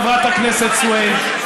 חברת הכנסת סויד,